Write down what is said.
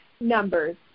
numbers